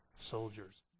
soldiers